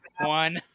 one